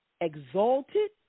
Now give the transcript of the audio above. exalted